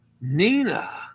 Nina